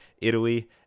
Italy